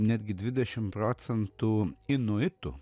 netgi dvidešim procentų inuitų